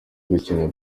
gupima